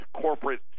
corporate